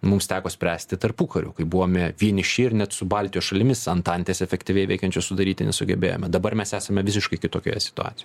mums teko spręsti tarpukariu kai buvome vieniši ir net su baltijos šalimis antantės efektyviai veikiančios sudaryti nesugebėjome dabar mes esame visiškai kitokioje situacijoj